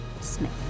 Smith